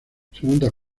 segundas